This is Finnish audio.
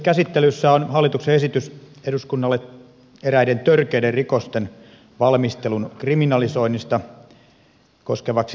käsittelyssä on hallituksen esitys eduskunnalle eräiden törkeiden rikosten valmistelun kriminalisoimista koskevaksi lainsäädännöksi